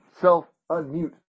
self-unmute